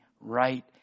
right